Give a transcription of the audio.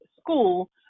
school